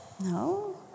No